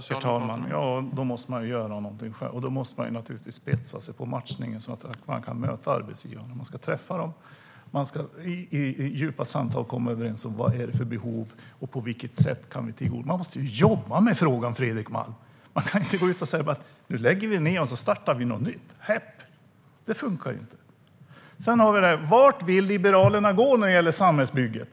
Herr talman! Då måste man göra någonting själv, och då måste man naturligtvis bli vassare på matchningen så att man kan möta arbetsgivarna. Man ska i djupa samtal komma överens om vilka behoven är och på vilket sätt man kan tillgodose dem. Man måste ju jobba med frågan, Fredrik Malm! Ni kan inte bara gå ut och säga: "Nu lägger vi ned, och så startar vi något nytt. Häpp!" Det funkar ju inte. Vart vill Liberalerna gå när det gäller samhällsbygget?